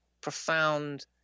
profound